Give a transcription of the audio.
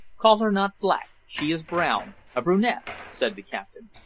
call her not black she is brown a brunette, said the captain.